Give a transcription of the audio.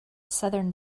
southern